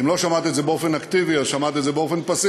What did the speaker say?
ואם לא שמעת את זה באופן אקטיבי אז שמעת את זה באופן פסיבי,